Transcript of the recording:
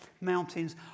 mountains